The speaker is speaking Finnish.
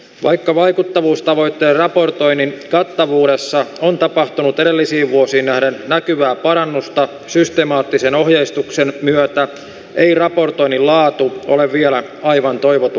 vaikka vaikuttavuus tavoittee raportoinnin kattavuudessa on tapahtunut edellisiin vuosiin nähden näkyvä parannusta systemaattisen ohjeistuksen myötä ei raportoinnin laatu ole vielä aivan toivottu